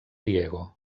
diego